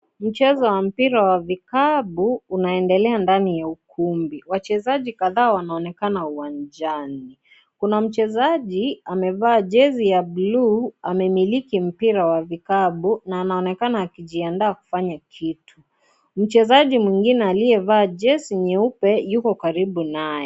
Mchezo wa mpira wa vikapu unaoendelea ndani ya ukumbi. Wachezaji kadhaa wanaonekana uwanjani. Kuna mchezaji amevaa jezi ya bluu, amemiliki mpira wa vikapu na anaonekana akijiandaa kufanya kitu. Mchezaji mwingine aliyevaa jezi nyeupe yuko karibu naye.